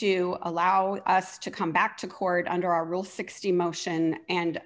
to allow us to come back to court under our rule sixty motion and